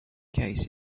case